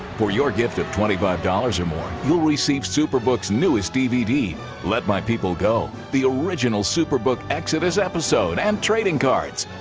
for your gift of twenty five dollars or more, you'll receive superbook's newest newest dvd let my people go, the original superbook exodus episode and trading cards.